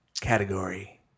category